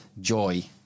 joy